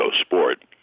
sport